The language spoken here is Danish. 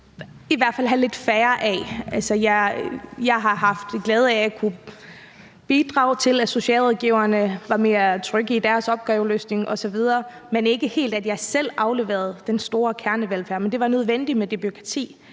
i hvert fald lidt færre af. Altså, jeg har haft den glæde at kunne bidrage til, at socialrådgiverne var mere trygge i deres opgaveløsning osv. Jeg leverede ikke selv den helt store kernevelfærd, men det var nødvendigt med det